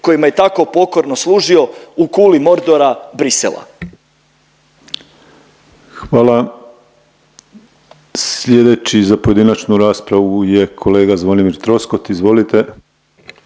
kojima je tako pokorno služio u kuli Mordora Bruxellesa.